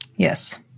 Yes